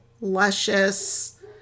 luscious